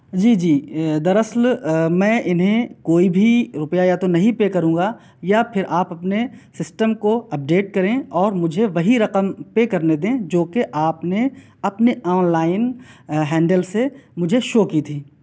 جی جی در اصل میں انہیں کوئی بھی روپیہ یا تو نہیں پے کروں گا یا پھر آپ اپنے سسٹم کو اپ ڈیٹ کریں اور مجھے وہی رقم پے کرنے دیں جو کہ آپ نے اپنے آن لائن ہینڈل سے مجھے شو کی تھی